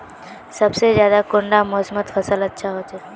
सबसे ज्यादा कुंडा मोसमोत फसल अच्छा होचे?